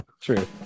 True